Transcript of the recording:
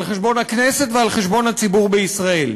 על חשבון הכנסת ועל חשבון הציבור בישראל.